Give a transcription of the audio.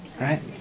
right